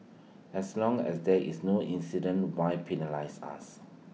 as long as there is no incident why penalise us